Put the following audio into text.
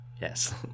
Yes